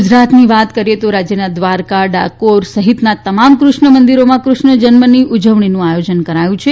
ગુજરાતની વાત કરીએ તો રાજયના ધ્વારકા ડાકોર સહિતના તમામ કૃષ્ણ મંદીરોમાં કૃષ્ણ જનમની ઉજવણીનું આયોજન કરાયું છે